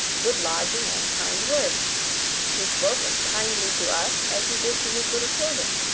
good lodging, and kind words he spoke as kindly to us as he did to his little children.